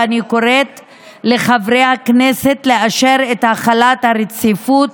ואני קוראת לחברי הכנסת לאשר את החלת הרציפות